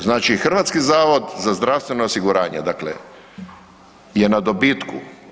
Znači Hrvatski zavod za zdravstveno osiguranje dakle je na dobitku.